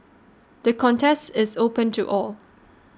the contest is open to all